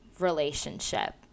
relationship